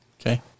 Okay